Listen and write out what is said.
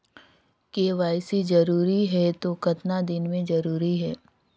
KYC जरूरी हे तो कतना दिन मे जरूरी है?